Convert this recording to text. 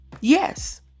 Yes